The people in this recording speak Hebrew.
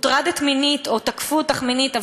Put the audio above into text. הוטרדת מינית או תקפו אותך מינית,